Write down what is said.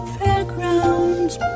fairgrounds